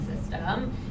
system